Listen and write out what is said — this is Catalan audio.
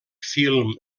film